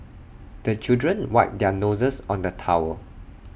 the children wipe their noses on the towel